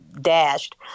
dashed